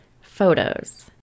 photos